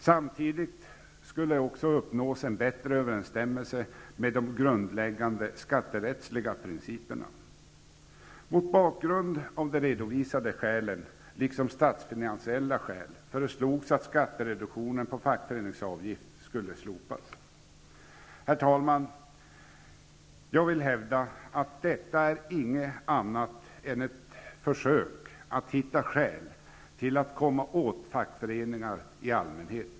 Samtidigt skulle en bättre överensstämmelse med de grundläggande skatterättsliga principerna uppnås. Mot bakgrund av de redovisade skälen, liksom statsfinansiella skäl, föreslås i propositionen att skattereduktion för fackföreningsavgift skall slopas. Herr talman! Jag hävdar att detta inte är något annat än ett försök att finna skäl till att komma åt fackföreningar i allmänhet.